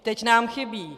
Teď nám chybí.